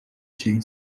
چنین